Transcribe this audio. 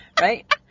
right